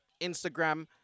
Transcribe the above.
Instagram